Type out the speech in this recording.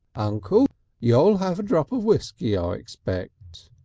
uncle, you'll you'll have a drop of whiskey, i expect.